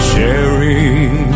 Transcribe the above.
Sharing